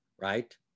right